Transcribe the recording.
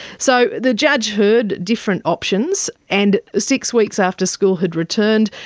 so the judge heard different options and six weeks after school had returned,